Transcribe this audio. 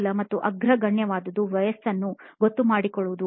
ಮೊದಲ ಮತ್ತು ಅಗ್ರಗಣ್ಯವಾದದ್ದು ವಯಸ್ಸನ್ನು ಗೊತ್ತುಮಾಡಿಕೊಳ್ಳುವುದು